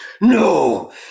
no